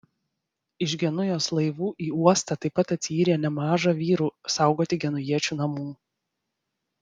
iš genujos laivų į uostą taip pat atsiyrė nemaža vyrų saugoti genujiečių namų